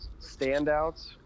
standouts